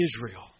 Israel